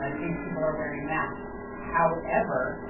ah these people are wearing masks however